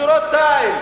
קודם כול,